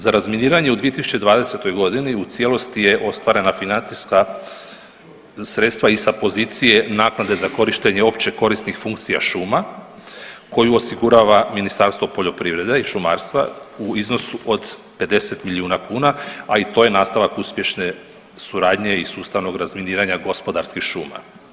Za razminiranje u 2020.g. u cijelosti je ostvarena financijska sredstva i sa pozicije naknade za korištenje opće korisnih funkcija šuma koji osigurava Ministarstvo poljoprivrede i šumarstva u iznosu od 50 milijuna kuna, a i to je nastavak uspješne suradnje i sustavnog razminiranja gospodarskih šuma.